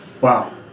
Wow